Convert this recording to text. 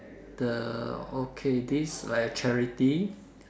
the okay this like a charity